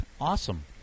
Awesome